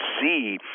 see